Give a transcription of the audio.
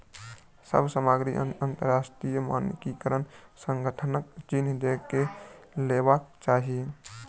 सभ सामग्री अंतरराष्ट्रीय मानकीकरण संगठनक चिन्ह देख के लेवाक चाही